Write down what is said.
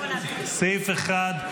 -- סעיף 1,